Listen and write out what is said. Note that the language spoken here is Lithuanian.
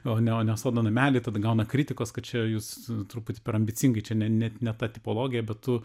o ne o ne sodo namelį tada gauna kritikos kad čia jūs truputį per ambicingi čia ne ne ne ta tipologija bet tu